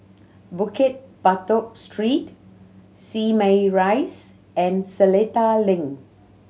Bukit Batok Street Simei Rise and Seletar Link